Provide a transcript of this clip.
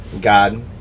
God